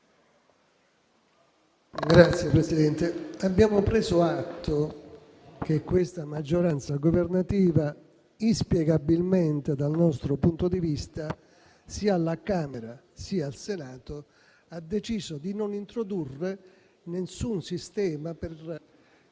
abbiamo preso atto che questa maggioranza governativa, inspiegabilmente dal nostro punto di vista, sia alla Camera sia al Senato ha deciso di non introdurre alcun sistema per